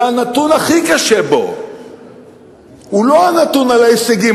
והנתון הכי קשה בו הוא לא הנתון על ההישגים